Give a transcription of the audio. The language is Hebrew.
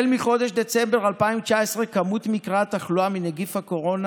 מחודש דצמבר 2019 מספר מקרי התחלואה מנגיף הקורונה